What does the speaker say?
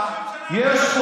30 שנה.